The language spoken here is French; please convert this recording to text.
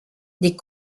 des